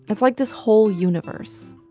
it's like this whole universe.